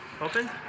Open